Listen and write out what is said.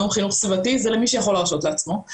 היום חינוך סביבתי זה למי שיכול להרשות לעצמו.